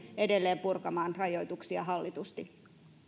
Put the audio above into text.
edelleen purkamaan rajoituksia hallitusti